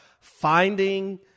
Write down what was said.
finding